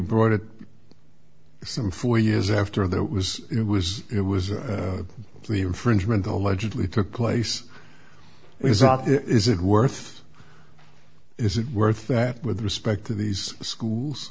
brought it some four years after that was it was it was the infringement allegedly took place it was not there is it worth is it worth that with respect to these schools